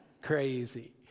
crazy